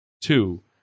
Two